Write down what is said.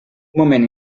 moment